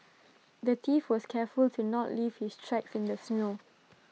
the thief was careful to not leave his tracks in the snow